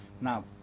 Now